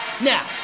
Now